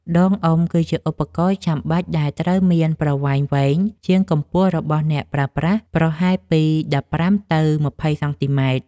ដងអុំ គឺជាឧបករណ៍ចាំបាច់ដែលត្រូវមានប្រវែងវែងជាងកម្ពស់របស់អ្នកប្រើប្រាស់ប្រហែលពី ១៥ ទៅ ២០ សង់ទីម៉ែត្រ។